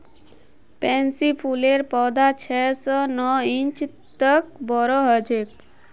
pansy फूलेर पौधा छह स नौ इंच तक बोरो ह छेक